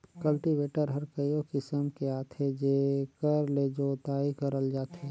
cultivator हर कयो किसम के आथे जेकर ले जोतई करल जाथे